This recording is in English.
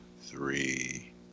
three